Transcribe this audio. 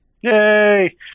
Yay